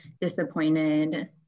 disappointed